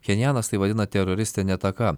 pchenjanas tai vadina teroristine ataka